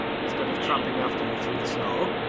instead of tramping after you through the snow,